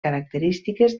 característiques